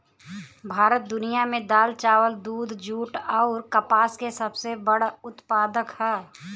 भारत दुनिया में दाल चावल दूध जूट आउर कपास के सबसे बड़ उत्पादक ह